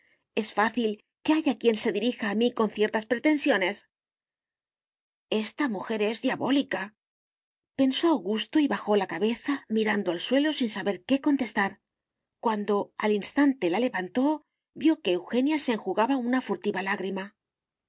es fácil que haya quien se dirija a mí con ciertas pretensiones esta mujer es diabólica pensó augusto y bajó la cabeza mirando al suelo sin saber qué contestar cuando al instante la levantó vio que eugenia se enjugaba una furtiva lágrima eugenia exclamó y